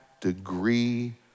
degree